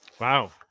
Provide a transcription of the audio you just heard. Wow